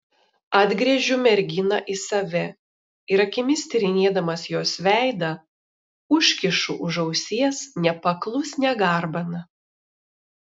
atgręžiu merginą į save ir akimis tyrinėdamas jos veidą užkišu už ausies nepaklusnią garbaną